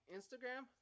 Instagram